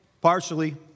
partially